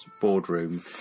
boardroom